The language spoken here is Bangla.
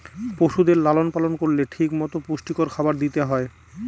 পশুদের লালন পালন করলে ঠিক মতো পুষ্টিকর খাবার দিতে হয়